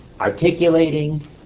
articulating